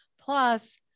plus